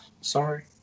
Sorry